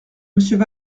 monsieur